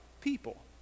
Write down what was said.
people